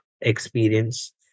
experience